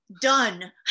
Done